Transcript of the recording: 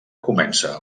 comença